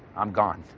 i'm gone.